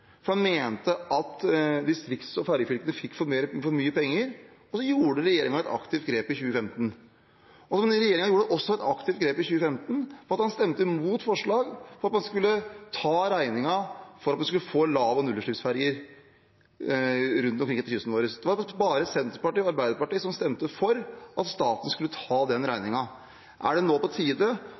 i 2015. Denne regjeringen tok også et aktivt grep i 2015 da man stemte mot forslag om at man skulle ta regningen for å få lav- og nullutslippsferjer rundt omkring etter kysten vår. Det var bare Senterpartiet og Arbeiderpartiet som stemte for at staten skulle ta den regningen. Er det nå på tide